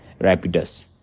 Rapidus